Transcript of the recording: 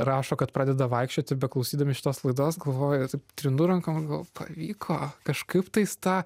rašo kad pradeda vaikščioti beklausydami šitos laidos galvoju taip trinu rankom gal pavyko kažkaip tais ta